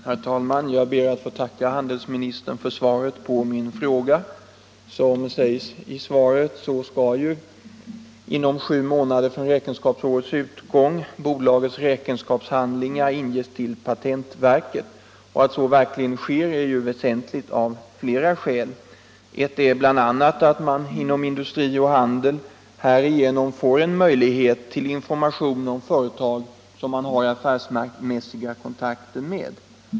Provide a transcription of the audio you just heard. Herr talman! Jag ber att få tacka handelsministern för svaret på min fråga. Som sägs i svaret skall inom sju månader från räkenskapsårets utgång bolagets räkenskapshandlingar inges till patentverket. Att så verkligen sker är väsentligt. BI. a. får man härigenom inom industri och handel en möjlighet till information om företag som man har affärsmässiga kontakter med.